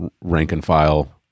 rank-and-file